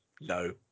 no